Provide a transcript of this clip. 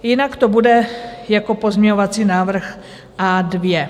Jinak to bude jako pozměňovací návrh A2.